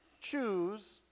choose